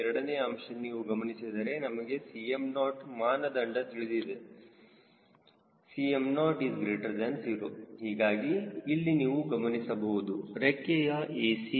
ಎರಡನೇ ಅಂಶ ನೀವು ಗಮನಿಸಿದರೆ ನಮಗೆ 𝐶mO ಮಾನದಂಡ ತಿಳಿದಿದೆ 𝐶mO 0 ಹೀಗಾಗಿ ಇಲ್ಲಿ ನೀವು ಗಮನಿಸಬಹುದು ರೆಕ್ಕೆಯ a